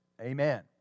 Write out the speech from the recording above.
Amen